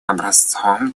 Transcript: образцом